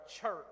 church